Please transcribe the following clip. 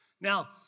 Now